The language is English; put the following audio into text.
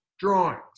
Drawings